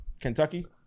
Kentucky